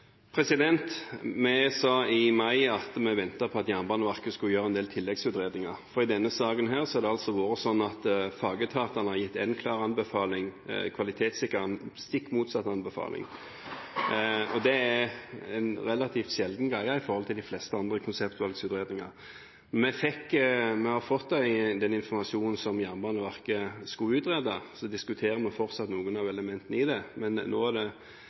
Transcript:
Vi sa i mai at vi ventet på at Jernbaneverket skulle gjøre en del tilleggsutredninger, for i denne saken har det vært sånn at fagetatene har gitt én klar anbefaling, og kvalitetssikreren en stikk motsatt anbefaling. Det er en relativt sjelden greie i forhold til de fleste andre konseptvalgsutredninger. Vi har fått den informasjonen som Jernbaneverket skulle utrede, og vi diskuterer fortsatt noen av elementene i det, men nå er det